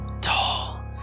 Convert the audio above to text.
Tall